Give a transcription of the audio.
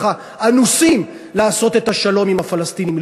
אנוסים לעשות את השלום עם הפלסטינים.